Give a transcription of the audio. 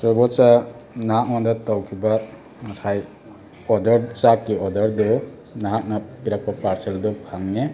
ꯁꯥꯔ ꯏꯕꯣꯆꯥ ꯅꯍꯥꯛꯉꯣꯟꯗ ꯇꯧꯈꯤꯕ ꯉꯁꯥꯏ ꯑꯣꯗꯔ ꯆꯥꯛꯀꯤ ꯑꯣꯗꯔꯗꯣ ꯅꯍꯥꯛꯅ ꯄꯤꯔꯛꯄ ꯄꯥꯔꯁꯦꯟꯗꯣ ꯐꯪꯉꯦ